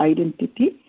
Identity